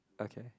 okay